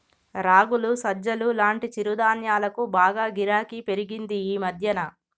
రాగులు, సజ్జలు లాంటి చిరుధాన్యాలకు బాగా గిరాకీ పెరిగింది ఈ మధ్యన